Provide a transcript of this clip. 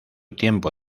tiempo